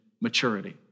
maturity